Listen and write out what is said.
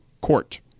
court